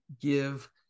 give